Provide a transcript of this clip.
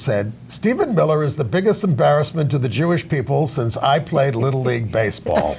said steven miller is the biggest embarrassment to the jewish people since i played little league baseball